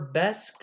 best